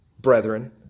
brethren